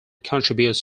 contributes